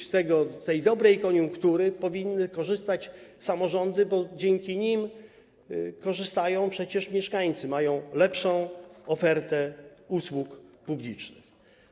Z dobrej koniunktury powinny korzystać samorządy, bo dzięki nim korzystają przecież mieszkańcy, którzy mają lepszą ofertę usług publicznych.